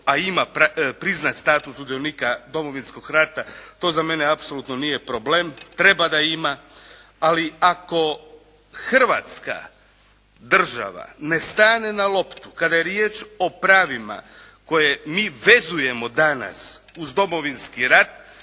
a ima priznat status sudionika Domovinskog rata. To za mene apsolutno nije problem. Treba da ima. Ali ako Hrvatska država ne stane na loptu kada je riječ o pravima koje mi vezujemo danas uz Domovinski rat